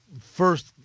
First